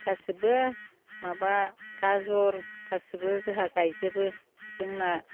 गासैबो माबा गाजर गासैबो जोंहा गायजोबो जोंना